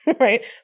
right